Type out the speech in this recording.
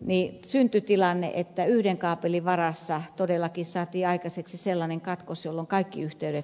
niin syntyi tilanne että yhden kaapelin varassa todellakin saatiin aikaiseksi sellainen katkos jolloin kaikki yhteydet katosivat